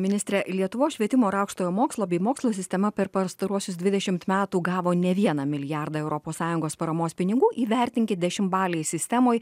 ministrė lietuvos švietimo ir aukštojo mokslo bei mokslo sistema per pastaruosius dvidešimt metų gavo ne vieną milijardą europos sąjungos paramos pinigų įvertinti dešimtbalėj sistemoje